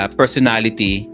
personality